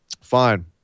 Fine